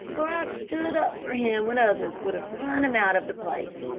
for i've stood up for him when others would have run him out of the place.